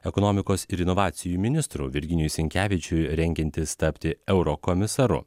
ekonomikos ir inovacijų ministru virginijui sinkevičiui rengiantis tapti eurokomisaru